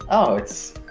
oh, it's